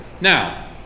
Now